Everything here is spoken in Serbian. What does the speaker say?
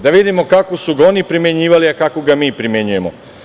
Da vidimo kako su ga oni primenjivali, a kako ga mi primenjujemo.